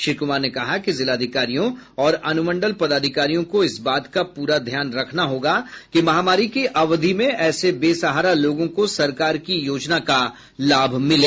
श्री कुमार ने कहा कि जिलाधिकारियों और अनुमंडल पदाधिकारियों को इस बात का पूरा ध्यान रखना होगा कि महामारी की अवधि में ऐसे बेसहारा लोगों को सरकार की योजना का लाभ मिले